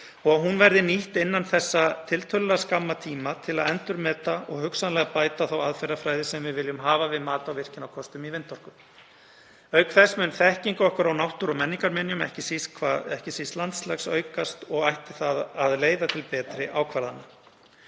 og að hún verði nýtt innan þessa tiltölulega skamma tíma til að endurmeta og hugsanlega bæta þá aðferðafræði sem við viljum hafa við mat á virkjunarkostum í vindorku. Auk þess mun þekking okkar á náttúru og menningarminjum, ekki hvað síst landslags, aukast og ætti það að leiða til betri ákvarðana.